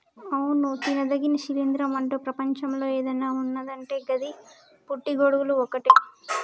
అవును తినదగిన శిలీంద్రం అంటు ప్రపంచంలో ఏదన్న ఉన్నదంటే గది పుట్టి గొడుగులు ఒక్కటే